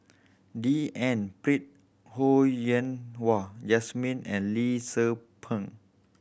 D N Pritt Ho Yen Wah Jesmine and Lee Tzu Pheng